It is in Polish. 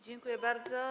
Dziękuję bardzo.